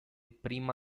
prima